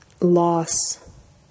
loss